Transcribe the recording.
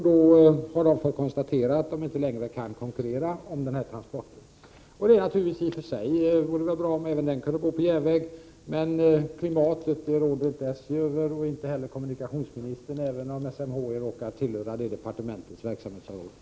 Då har SJ fått konstatera att SJ inte längre kan konkurrera om dessa transporter. I och för sig vore det väl bra om även dessa transporter kunde ske med järnväg, men klimatet råder varken SJ, kommunikationsministern eller SMHI över, även om de råkar tillhöra kommunikationsdepartementets verksamhetsområde.